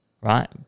right